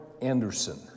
Anderson